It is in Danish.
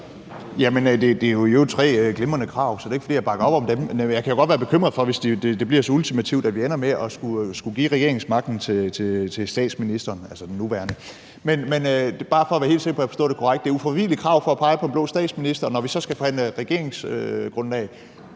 øvrigt tre glimrende krav, så det er ikke, fordi jeg ikke bakker op om dem. Men jeg kan jo godt blive bekymret for, om det bliver så ultimativt, at vi ender med at skulle give regeringsmagten til den nuværende statsminister. Men bare for at være helt sikker på, at jeg har forstået det korrekt: Det er ufravigelige krav for at pege på en blå statsminister, og når vi så skal forhandle regeringsgrundlag,